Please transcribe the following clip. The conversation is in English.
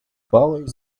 flows